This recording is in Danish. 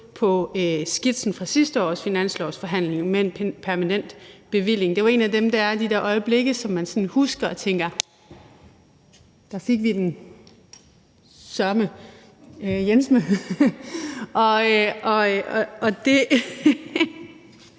på skitsen fra sidste års finanslovsforhandlinger med en permanent bevilling. Det var et af de der øjeblikke, som man sådan husker og tænker: Der fik vi den sørenjenseme – man